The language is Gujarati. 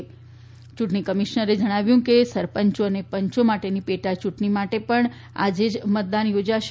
રાજ્યના યૂંટણી કમિશ્નરે એમ પણ જણાવ્યું કે સરપંચો અને પંચો માટેની પેટાચૂંટણી માટે પણ આજે મતદાન યોજાશે